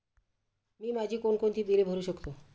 मी माझी कोणकोणती बिले भरू शकतो?